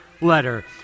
letter